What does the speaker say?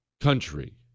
country